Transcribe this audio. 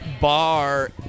bar